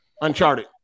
Uncharted